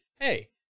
hey